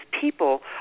people